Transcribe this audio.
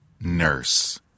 nurse